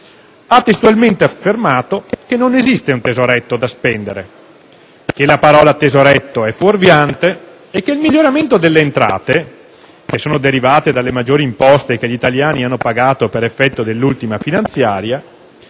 ha testualmente affermato che non esiste un tesoretto da spendere, che la parola tesoretto è fuorviante e che il miglioramento delle entrate, che sono derivate dalle maggiori imposte che gli italiani hanno pagato per effetto dell'ultima finanziaria,